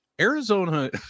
Arizona